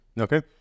Okay